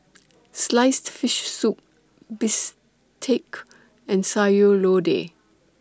Sliced Fish Soup Bistake and Sayur Lodeh